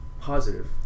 positive